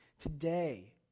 Today